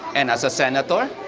and as a senator,